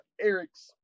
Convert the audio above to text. Eric's